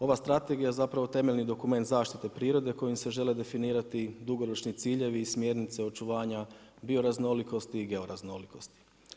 Ova strategija zapravo temeljni dokument zaštite prirode kojim se žele definirati dugoročni ciljevi i smjernice očuvanja bioraznolikosti i georaznolikosti.